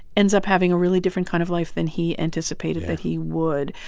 ends up having a really different kind of life than he anticipated that he would.